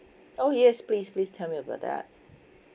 oh yes please please tell me about that